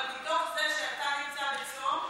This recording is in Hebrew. אבל מתוך זה שאתה נמצא בצום,